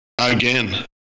Again